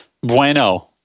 Bueno